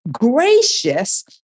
gracious